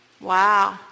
Wow